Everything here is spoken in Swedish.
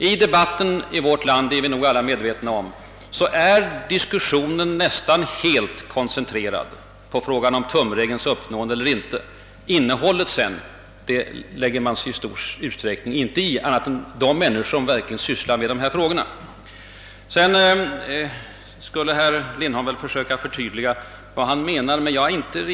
I debatten här i landet är, vilket vi väl alla är medvetna om, diskussionen nästan helt koncentrerad på frågan om tumregelns uppnående eller inte. Inne hållet lägger man sig i stor utsträckning inte'i..:Det gör bara de som direkt sysslar med frågorna. Sedan försökte herr Lindholm förtydliga vad han menade, men jag är inte nu.